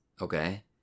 okay